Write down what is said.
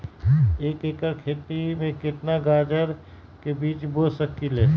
एक एकर खेत में केतना गाजर के बीज बो सकीं ले?